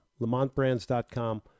lamontbrands.com